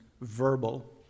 verbal